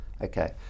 Okay